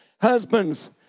Husbands